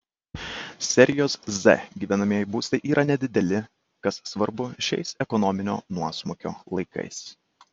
serijos z gyvenamieji būstai yra nedideli kas svarbu šiais ekonominio nuosmukio laikais